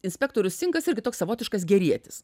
inspektorius singas irgi toks savotiškas gerietis